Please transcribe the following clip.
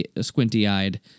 squinty-eyed